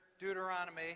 Deuteronomy